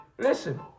listen